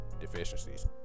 deficiencies